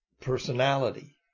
personality